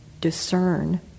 discern